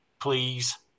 please